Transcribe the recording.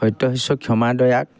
সত্য শিষ্য ক্ষমা দয়াক